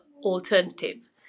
alternative